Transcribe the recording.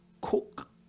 cook